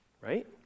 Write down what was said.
Right